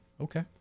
Okay